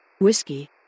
Whiskey